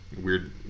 weird